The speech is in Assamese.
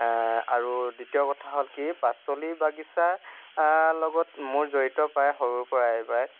আৰু দ্বিতীয় কথা হ'ল কি পাচলি বাগিছাৰ লগত মোৰ জড়িত প্ৰায় সৰুৰে পৰাই